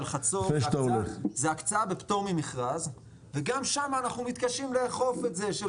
אבל חצור זה הקצאה בפטור ממכרז וגם שם אנחנו מתקשים לאכוף את זה.